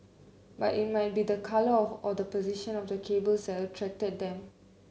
but it might be the colour of or the position of the cables attracted them